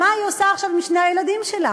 מה היא עושה עכשיו עם שני הילדים שלה,